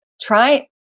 Try